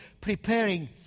preparing